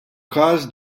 każ